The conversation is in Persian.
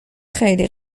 خیلی